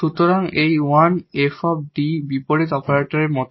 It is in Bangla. সুতরাং এই 1 𝑓 𝐷 বিপরীত অপারেটরের মত